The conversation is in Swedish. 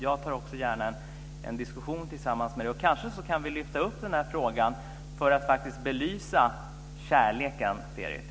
Jag tar också gärna en diskussion tillsammans med Berit Adolfsson. Kanske kan vi lyfta upp frågan för att faktiskt belysa kärleken, Berit.